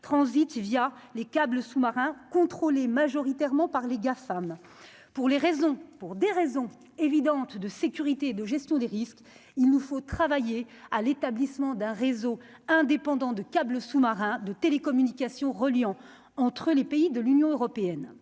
transite via les câbles sous-marins, contrôlé majoritairement par les Gafam pour les raisons pour des raisons évidentes de sécurité et de gestion des risques, il nous faut travailler à l'établissement d'un réseau indépendant de câbles sous-marins de télécommunications reliant entre les pays de l'Union européenne